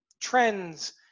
trends